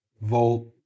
volt